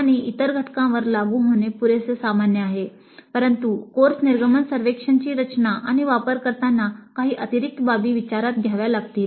आणि इतर घटकांवर लागू होणे पुरेसे सामान्य आहे परंतु कोर्स निर्गमन सर्वेक्षणची रचना आणि वापर करताना काही अतिरिक्त बाबी विचारात घ्याव्या लागतील